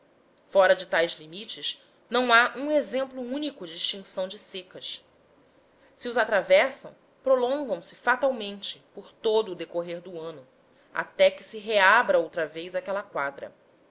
fora de tais limites não há um exemplo único de extinção de secas se os atravessam prolongam se fatalmente por todo o decorrer do ano até que se reabra outra vez aquela quadra